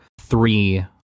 three